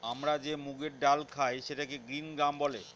আমরা যে মুগের ডাল খায় সেটাকে গ্রিন গ্রাম বলে